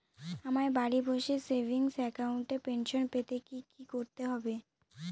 আমায় বাড়ি বসে সেভিংস অ্যাকাউন্টে পেনশন পেতে কি কি করতে হবে?